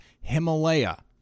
Himalaya